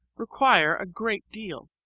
require a great deal.